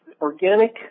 organic